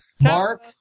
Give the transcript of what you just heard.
Mark